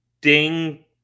ding